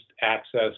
access